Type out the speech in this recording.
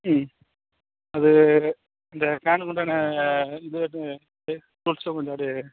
ம் அது இந்த ஃபேனுக்குண்டான இது டூல்ஸ்லாம் கொஞ்சம் அப்படியே